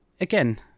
again